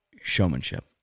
showmanship